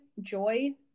joy